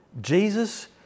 Jesus